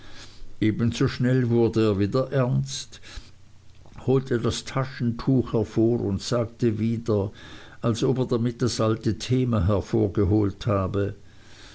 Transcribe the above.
ebenso schnell wurde er wieder ernst holte das taschentuch hervor und sagte wieder als ob er damit das alte thema hervorgeholt habe